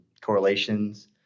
correlations